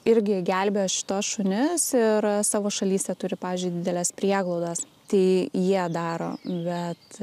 irgi gelbėjo šituos šunis ir savo šalyse turi pavyzdžiui dideles prieglaudas tai jie daro bet